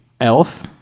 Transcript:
Elf